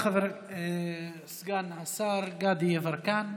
תודה, סגן השר גדי יברקן.